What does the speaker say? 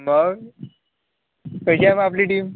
मग कशी आहे मग आपली टीम